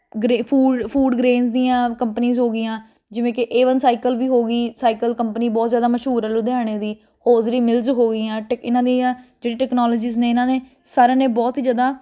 ਗਰੇ ਫੂ food grain ਦੀਆਂ companies ਹੋ ਗਈਆਂ ਜਿਵੇਂ ਕਿ ਏਵਨ ਸਾਈਕਲ ਵੀ ਹੋ ਗਈ ਸਾਈਕਲ ਕੰਪਨੀ ਬਹੁਤ ਜ਼ਿਆਦਾ ਮਸ਼ਹੂਰ ਆ ਲੁਧਿਆਣੇ ਦੀ ਓਜ਼ਰੀ ਮਿੱਲਜ ਹੋ ਗਈਆਂ ਇਹਨਾਂ ਦੀਆਂ ਜਿਹੜੀ ਟੈਕਨੋਲੋਜੀਜ ਨੇ ਇਹਨਾਂ ਨੇ ਸਾਰਿਆਂ ਨੇ ਬਹੁਤ ਹੀ ਜ਼ਿਆਦਾ